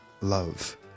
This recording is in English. love